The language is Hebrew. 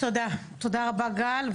תודה רבה גל.